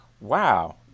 Wow